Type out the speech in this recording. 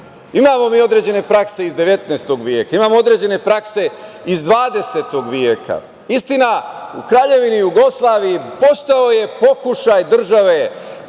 Imamo određene prakse iz 19. veka, imamo određene prakse iz 20. veka. Istina u Kraljevini Jugoslaviji koštao je pokušaj države